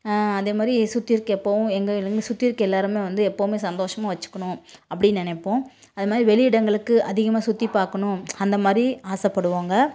அதே மாதிரி சுற்றி இருக்கற எப்போவும் எங்களை சுற்றி இருக்கற எல்லோருமே வந்து எப்போவுமே சந்தோஷமாக வச்சுக்கணும் அப்டின்னு நெனைப்போம் அதே மாதிரி வெளி இடங்களுக்கு அதிகமாக சுற்றி பார்க்கணும் அந்த மாதிரி ஆசைபடுவோங்க